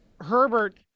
herbert